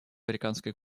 африканской